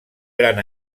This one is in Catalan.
gran